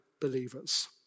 believers